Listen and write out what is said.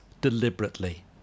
deliberately